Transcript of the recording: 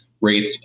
rates